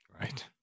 Right